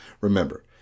Remember